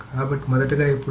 కాబట్టి మొదటగా ఎప్పుడు